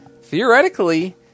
theoretically